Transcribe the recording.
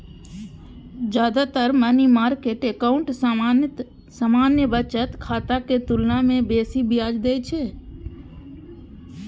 जादेतर money market account सामान्य बचत खाता के तुलना मे बेसी ब्याज दै छै